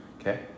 Okay